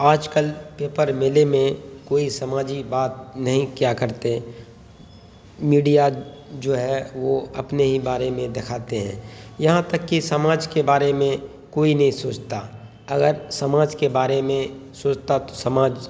آج کل پیپر میلے میں کوئی سماجی بات نہیں کیا کرتے میڈیا جو ہے وہ اپنے ہی بارے میں دکھاتے ہیں یہاں تک کہ سماج کے بارے میں کوئی نہیں سوچتا اگر سماج کے بارے میں سوچتا تو سماج